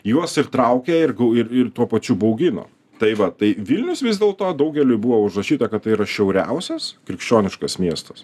juos ir traukė ir ir ir tuo pačiu baugino tai va tai vilnius vis dėlto daugeliui buvo užrašyta kad tai yra šiauriausias krikščioniškas miestas